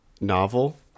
novel